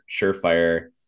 surefire